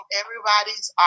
everybody's